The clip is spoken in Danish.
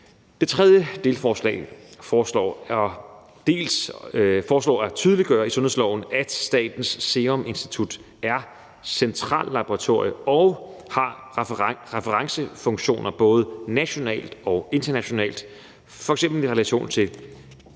det tredje delforslag foreslås det at tydeliggøre i sundhedsloven, at Statens Serum Institut er centrallaboratorie og har referencefunktioner både nationalt og internationalt, f.eks. i relation til